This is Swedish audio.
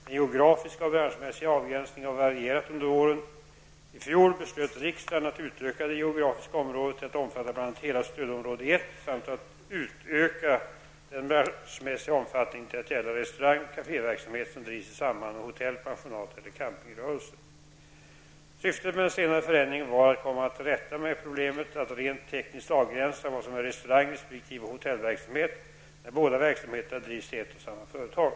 Den geografiska och branschmässiga avgränsningen har varierat under åren. I fjol beslöt riksdagen att utöka det geografiska området till att omfatta bl.a. hela stödområde 1 samt att utöka den branschmässiga omfattningen till att gälla restaurang och kaféverksamhet som drivs i samband med hotell-, pensionat eller campingrörelse. Syftet med den senare förändringen var att komma till rätta med problemet att rent tekniskt avgränsa vad som är restaurang resp. hotellverksamhet när båda verksamheterna drivs i ett och samma företag.